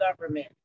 government